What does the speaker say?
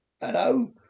Hello